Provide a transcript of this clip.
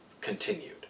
continued